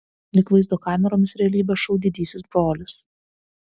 lyg vaizdo kameromis realybės šou didysis brolis